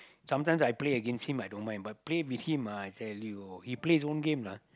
sometimes I play against him I don't mind but play with him ah I tell you he play his own game lah